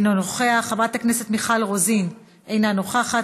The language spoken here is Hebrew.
אינו נוכח,